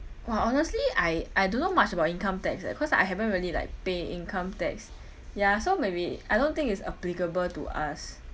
!wah! honestly I I don't know much about income tax eh cause like I haven't really like pay income tax ya so maybe I don't think is applicable to us